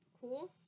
cool